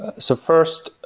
ah so first,